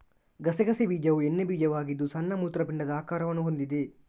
ಗಸಗಸೆ ಬೀಜವು ಎಣ್ಣೆ ಬೀಜವಾಗಿದ್ದು ಸಣ್ಣ ಮೂತ್ರಪಿಂಡದ ಆಕಾರವನ್ನು ಹೊಂದಿದೆ